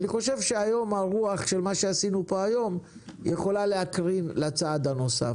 אני חושב שהיום הרוח של מה שעשינו פה היום יכולה להקרין לצד הנוסף.